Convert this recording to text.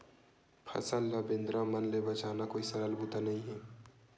फसल ल बेंदरा मन ले बचाना कोई सरल बूता नइ हे